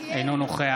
אינו נוכח